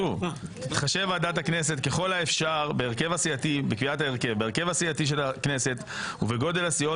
תתחשב ועדת הכנסת ככל האפשר בהרכב הסיעתי של הכנסת ובגודל הסיעות